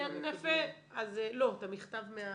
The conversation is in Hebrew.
לא, את המכתב,